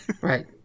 right